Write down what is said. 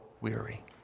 weary